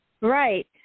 Right